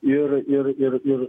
ir ir ir ir